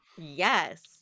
Yes